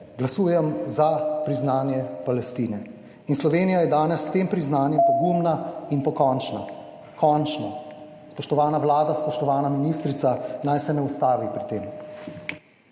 glasujem za priznanje Palestine. In Slovenija je danes s tem priznanjem pogumna in pokončna, končno. Spoštovana vlada, spoštovana ministrica, naj se ne ustavi pri tem!